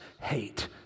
hate